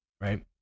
right